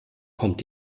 kommt